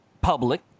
public